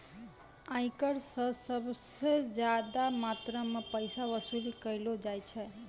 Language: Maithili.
आयकर स सबस ज्यादा मात्रा म पैसा वसूली कयलो जाय छै